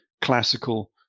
classical